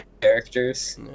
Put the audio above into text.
characters